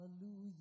Hallelujah